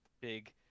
big